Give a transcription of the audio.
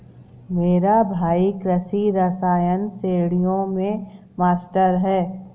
मेरा भाई कृषि रसायन श्रेणियों में मास्टर है